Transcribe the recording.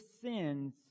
sins